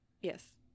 Yes